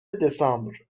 دسامبر